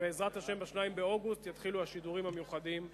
ובעזרת השם ב-2 באוגוסט יתחילו השידורים המיוחדים בממיר,